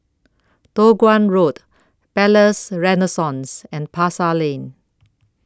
Toh Guan Road Palais Renaissance and Pasar Lane